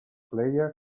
player